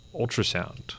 ultrasound